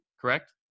correct